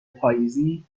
پاییزی